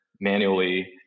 manually